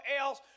else